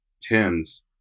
tens